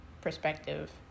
perspective